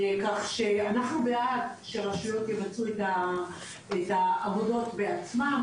אנחנו בעד שרשויות יבצעו את העבודות בעצמן,